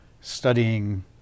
studying